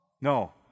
No